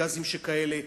גזים שכאלה,